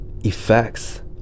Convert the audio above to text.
effects